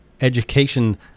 education